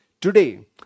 Today